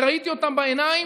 וראיתי אותם בעיניים,